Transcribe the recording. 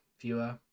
viewer